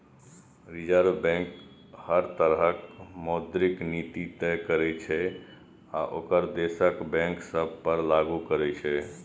reserve bank हर तरहक मौद्रिक नीति तय करै छै आ ओकरा देशक बैंक सभ पर लागू करै छै